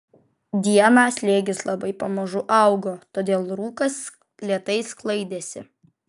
dieną slėgis labai pamažu augo todėl rūkas lėtai sklaidėsi